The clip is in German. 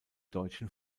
deutschen